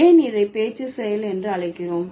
ஏன் இதை பேச்சு செயல் என்று அழைக்கிறோம்